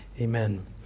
amen